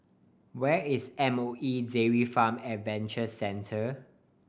where is M O E Dairy Farm Adventure Centre